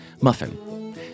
Muffin